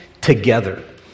Together